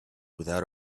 without